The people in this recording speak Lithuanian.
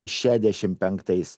šešiasdešimt penktais